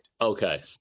Okay